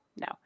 No